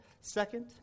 second